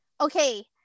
okay